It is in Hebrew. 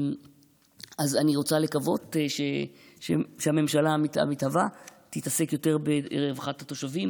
אני רוצה לקוות שהממשלה המתהווה תתעסק יותר ברווחת התושבים